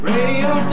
Radio